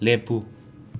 ꯂꯦꯞꯄꯨ